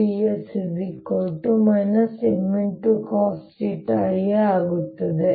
a ಆಗುತ್ತದೆ